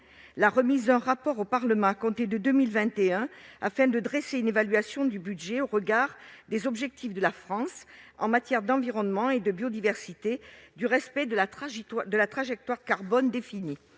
la remise d'un rapport au Parlement, à compter de 2021, afin de dresser une évaluation du budget au regard des objectifs de la France en matière d'environnement, de biodiversité et de respect de la trajectoire carbone définie.